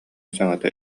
саҥата